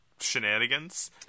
shenanigans